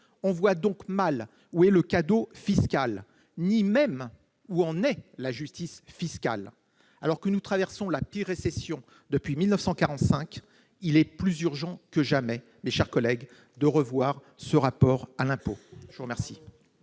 On voit donc mal où est le cadeau fiscal, ou même la justice fiscale ! Alors que nous traversons la pire récession depuis 1945, il est plus urgent que jamais, mes chers collègues, de revoir ce rapport à l'impôt. La parole